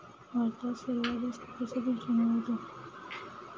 भारतात सर्वात जास्त खर्च पेन्शनवर होतो